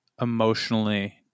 emotionally